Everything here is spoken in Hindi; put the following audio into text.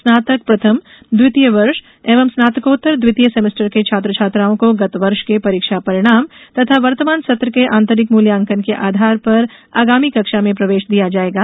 स्नातक प्रथम द्वितीय वर्ष एवं स्नातकोत्तर द्वितीय सेमेस्टर के छात्र छात्राओं को गत वर्ष के परीक्षा परिणाम तथा वर्तमान सत्र के आंतरिक मूल्यांकन के आधार पर आगामी कक्षा में प्रवेश दिया जाएगा